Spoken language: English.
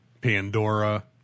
Pandora